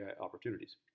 opportunities